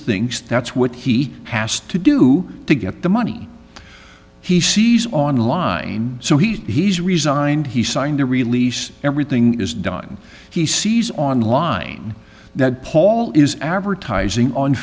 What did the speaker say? thinks that's what he has to do to get the money he sees online so he's resigned he signed a release everything is done he sees online that paul is advertising on